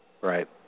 right